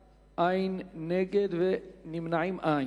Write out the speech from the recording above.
בעד, 16, אין מתנגדים, אין נמנעים.